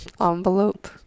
Envelope